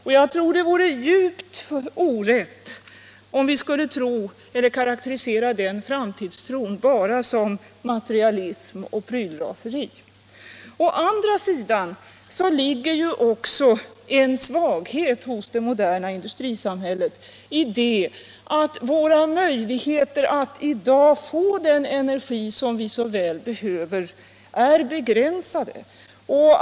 Och jag tror att det vore djupt orätt om vi skulle karakterisera den framtidstron som bara materialism och prylraseri. Å andra sidan finns också en svaghet hos det moderna industrisamhället i det att våra möjligheter att i dag få den energi som vi så väl behöver är begränsade.